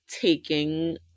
taking